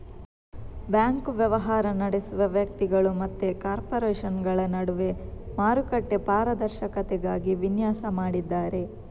bank ವ್ಯವಹಾರ ನಡೆಸುವ ವ್ಯಕ್ತಿಗಳು ಮತ್ತೆ ಕಾರ್ಪೊರೇಷನುಗಳ ನಡುವೆ ಮಾರುಕಟ್ಟೆ ಪಾರದರ್ಶಕತೆಗಾಗಿ ವಿನ್ಯಾಸ ಮಾಡಿದ್ದಾರೆ